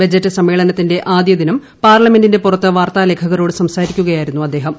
budget സമ്മേളനത്തിന്റെ ആദ്യ ദിനം പാർലമെന്റിന്റെ പുറത്ത് വാർത്താ ലേഖകരോട് സംസാരിക്കുകയായിരുന്നു അദ്ദേഹം